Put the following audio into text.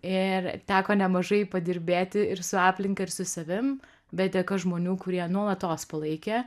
ir teko nemažai padirbėti ir su aplinka ir su savim bet dėka žmonių kurie nuolatos palaikė